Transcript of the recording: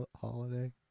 Holiday